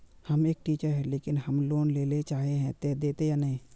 हम एक टीचर है लेकिन हम लोन लेले चाहे है ते देते या नय?